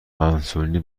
انسولین